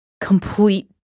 complete